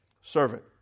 servant